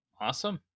awesome